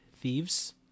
Thieves